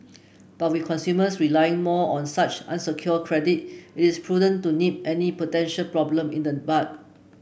but with consumers relying more on such unsecured credit it is prudent to nip any potential problem in the bud